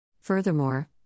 Furthermore